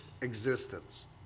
existence